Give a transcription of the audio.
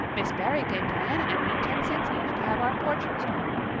miss barry gave diana and me ten cents each to have our fortunes told.